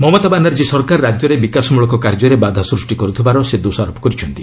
ମମତା ବାନାର୍ଜୀ ସରକାର ରାଜ୍ୟରେ ବିକାଶମଳକ କାର୍ଯ୍ୟରେ ବାଧା ସୃଷ୍ଟି କର୍ତ୍ତିବାର ସେ ଦୋଷାରୋପ କରିଛନ୍ତି